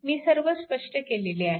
मी सर्व स्पष्ट केलेले आहे